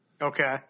Okay